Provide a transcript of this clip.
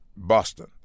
boston